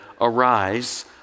Arise